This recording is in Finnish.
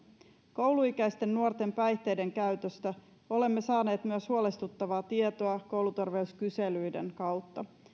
kouluikäisten nuorten päihteiden käytöstä olemme saaneet huolestuttavaa tietoa myös kouluterveyskyselyiden kautta